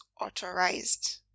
authorized